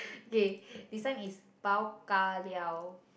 okay this one is bao ka liao